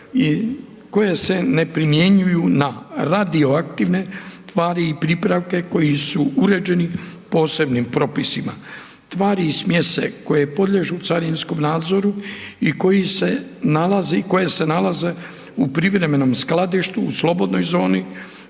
koje se ne primjenjuju na radioaktivne tvari i pripravke koji su uređeni posebnim propisima. Tvari i smjese koje podliježu carinskom nadzoru i koji se nalazi, koje se nalaze u privremenom skladištu u slobodnoj zoni